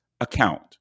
account